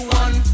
one